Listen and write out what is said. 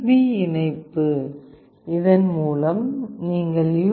B இணைப்பு இதன் மூலம் நீங்கள் யூ